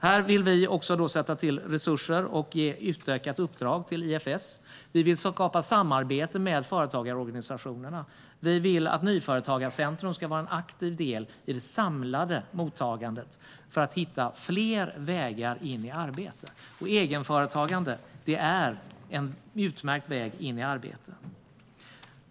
Här vill vi tillsätta resurser och ge ett utökat uppdrag till IFS. Vi vill skapa samarbete med företagarorganisationerna. Vi vill att Nyföretagarcentrum ska vara en aktiv del i det samlade mottagandet, för att hitta fler vägar in i arbete. Egenföretagande är en utmärkt väg in i arbete.